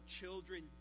children